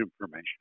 information